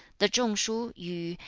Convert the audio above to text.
the chung-shuh, yu,